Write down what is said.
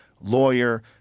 lawyer